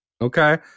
Okay